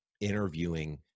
interviewing